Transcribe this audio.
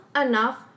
enough